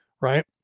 right